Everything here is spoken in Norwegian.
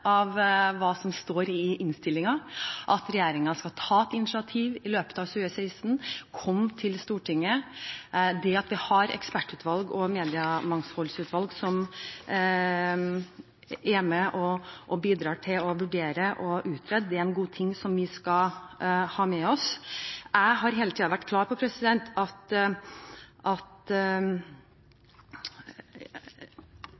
av hva som står i innstillingen, at regjeringen skal ta et initiativ i løpet av 2016 og komme til Stortinget. Det at vi har et ekspertutvalg og et mediemangfoldsutvalg som er med og bidrar til å vurdere og utrede, er en god ting, som vi skal ha med oss. Jeg har hele tiden vært klar på at